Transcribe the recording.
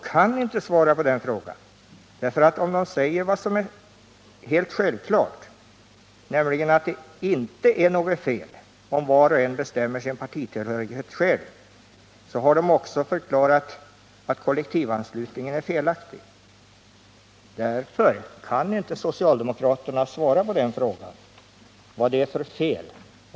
Om de nämligen svarar det som är självklart, nämligen att det inte är något fel att var och en själv får bestämma sin partitillhörighet, så har de också förklarat att kollektivanslutningen är felaktig. Därför kan inte socialdemokraterna svara på den frågan.